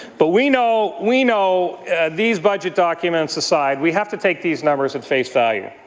but we know, we know these budget documents aside, we have to take these numbers at face value.